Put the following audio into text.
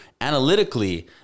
analytically